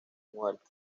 muerte